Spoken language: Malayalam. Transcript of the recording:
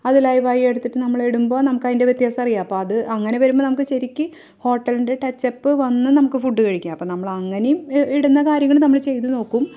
അത് ലൈവായി എടുത്തിട്ട് നമ്മളിടുമ്പോൾ നമുക്കതിന്റെ വ്യത്യാസം അറിയാം അപ്പോൾ അത് അങ്ങനെ വരുമ്പോൾ നമുക്ക് ശരിക്ക് ഹോട്ടലിന്റെ ടച്ച് അപ്പ് വന്നാൽ നമുക്ക് ഫുഡ് കഴിക്കാം അപ്പോൾ നമ്മൾ അങ്ങനെയും ഇടുന്ന കാര്യങ്ങൾ നമ്മൾ ചെയ്ത് നോക്കും